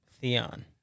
Theon